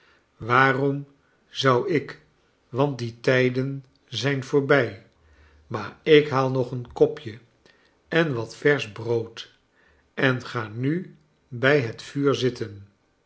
waarom zou ik want die tijden zijn voorbij maar ik haal nog een kopje en wat versch brood en ga nu bij het vuur zitten